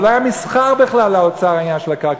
זה לא היה מסחר, בכלל, לאוצר, העניין של הקרקעות.